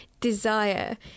desire